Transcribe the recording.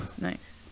Nice